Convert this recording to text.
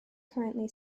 currently